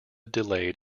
delayed